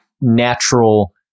natural